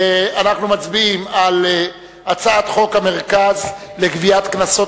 אנחנו מצביעים על הצעת חוק המרכז לגביית קנסות,